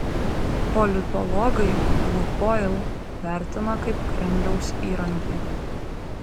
politologai lukoil vertina kaip kremliaus įrankį